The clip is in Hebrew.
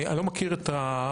אני לא מכיר את התהליך.